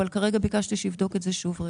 ועכשיו ביקשתי ממנו לבדוק את זה שוב.